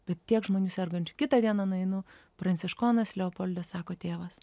bet tiek žmonių sergančių kitą dieną nueinu pranciškonas leopoldas sako tėvas